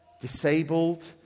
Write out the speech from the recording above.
disabled